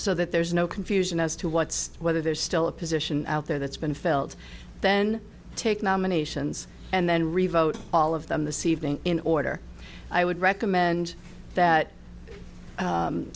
so that there is no confusion as to what's whether there's still a position out there that's been filled then take nominations and then revote all of them the sea evening in order i would recommend that